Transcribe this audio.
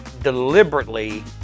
deliberately